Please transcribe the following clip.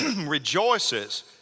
rejoices